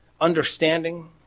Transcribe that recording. understanding